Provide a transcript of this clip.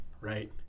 right